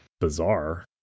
bizarre